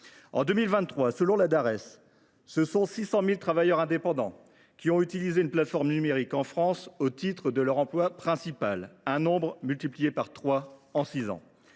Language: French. En 2023, selon la Dares, ce sont 600 000 travailleurs indépendants qui ont utilisé une plateforme numérique en France au titre de leur emploi principal. Un nombre qui a été multiplié par trois en six ans.